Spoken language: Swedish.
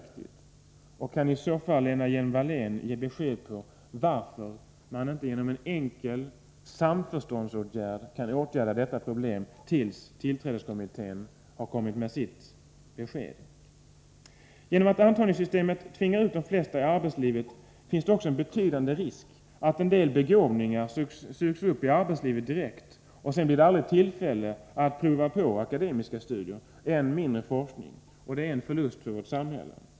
Kan i så fall Lena Hjelm-Wallén ge besked om varför man inte genom en enkel samförståndsåtgärd kan lösa detta problem till dess tillträdeskommittén kommit med sitt förslag? På grund av att antagningssystemet tvingar ut de flesta i arbetslivet finns det också en betydande risk att en del begåvningar sugs upp i arbetslivet direkt. Sedan blir det aldrig tillfälle att pröva på akademiska studier och än mindre forskning. Det är en förlust för vårt samhälle.